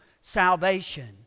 salvation